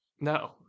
no